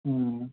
ಹ್ಞೂ